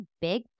big